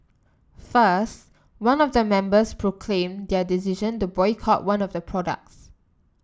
first one of the members proclaimed their decision to boycott one of the products